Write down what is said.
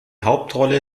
hauptrolle